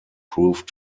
proved